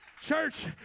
Church